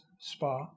spa